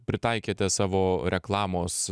pritaikėte savo reklamos